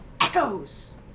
echoes